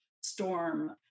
storm